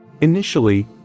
Initially